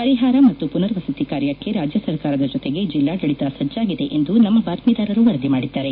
ಪರಿಹಾರ ಮತ್ತು ಪುನರ್ವಸತಿ ಕಾರ್ಯಕ್ಕೆ ರಾಜ್ಯ ಸರ್ಕಾರದ ಜೊತೆಗೆ ಜಿಲ್ಲಾಡಳಿತ ಸಜ್ಜಾಗಿದೆ ಎಂದು ನಮ್ಮ ಬಾತ್ಮೀದಾರರು ವರದಿ ಮಾಡಿದ್ದಾರೆ